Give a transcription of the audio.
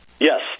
Yes